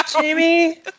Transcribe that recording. Jamie